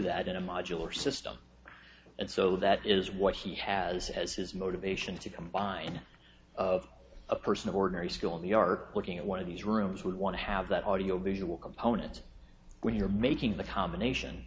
that in a modular system and so that is what he has as his motivation to combine of a person of ordinary skill in the are looking at one of these rooms would want to have that audio visual component when you're making the combination